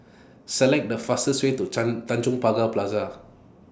Select The fastest Way to Tanjong Pagar Plaza